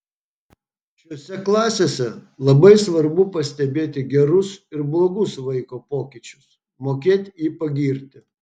šiose klasėse labai svarbu pastebėti gerus ir blogus vaiko pokyčius mokėt jį pagirti